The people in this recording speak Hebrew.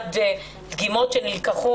שמירת דגימות שנלקחו